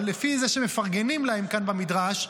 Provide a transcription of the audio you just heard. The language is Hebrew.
אבל לפי זה שמפרגנים להם כאן במדרש,